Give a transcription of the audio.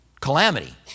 calamity